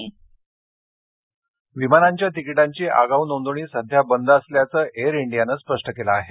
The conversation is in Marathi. एयर इंडीया विमानांच्या तिकीटांची आगाऊ नोंदणी सध्या बंद असल्याचं एयर इंडीयानं स्पष्ट केलं आहे